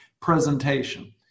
presentation